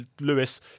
Lewis